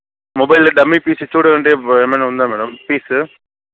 మొబైల్లో dummy piece చూడండీ ఏమైనా ఉందా మేడం పీస్